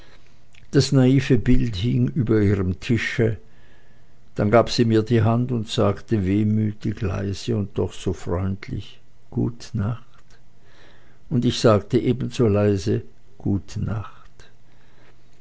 das naive bild hing über ihrem tische dann gab sie mir die hand und sagte wehmütig leise und doch so freundlich gut nacht und ich sagte ebenso leise gut nacht